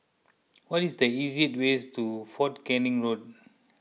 what is the easiest way to fort Canning Road